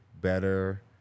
better